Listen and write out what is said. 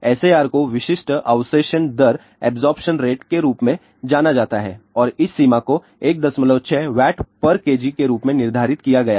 SAR को विशिष्ट अवशोषण दर के रूप में जाना जाता है और इस सीमा को 16 Wkg के रूप में निर्धारित किया गया है